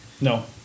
no